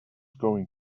going